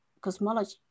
cosmology